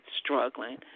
struggling